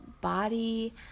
body